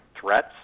threats